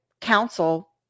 council